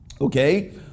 Okay